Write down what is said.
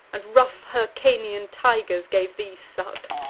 and rough hyrcanian tigers gave thee suck!